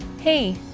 Hey